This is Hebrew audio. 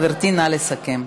גברתי, נא לסכם.